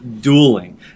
dueling